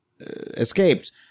escaped